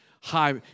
high